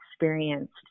experienced